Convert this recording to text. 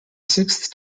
sixth